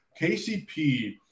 KCP